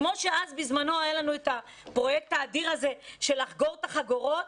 כמו שאז בזמנו היה לנו את הפרויקט האדיר הזה של לחגור את החגורות,